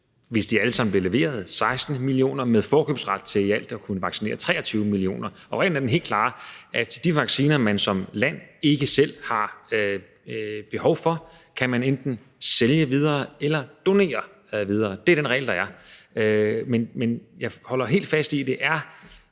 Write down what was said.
hvis de alle sammen bliver leveret, med forkøbsret til i alt at kunne vaccinere 23 millioner – så er det helt klart, af de vacciner, man som land ikke selv har behov for, kan man enten sælge videre eller donere videre. Det er den regel, der er. Men jeg holder helt fast i, at det er